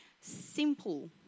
simple